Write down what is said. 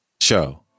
Show